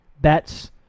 bets